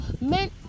men